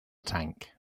tank